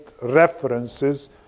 references